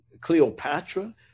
Cleopatra